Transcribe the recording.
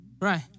Right